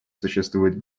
существует